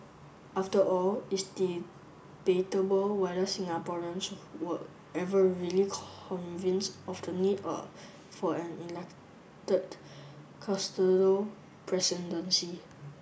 after all it's debatable whether Singaporeans were ever really convinced of the need of for an elected custodial presidency